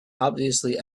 obviously